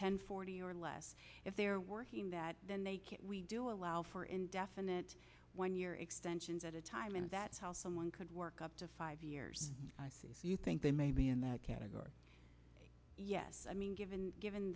ten forty or less if they are working that then they do allow for indefinite when your extensions at a time and that how someone could work up to five years i see if you think they may be in that category yes i mean given given